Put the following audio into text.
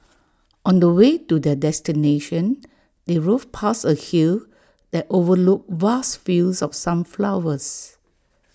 on the way to their destination they drove past A hill that overlooked vast fields of sunflowers